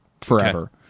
forever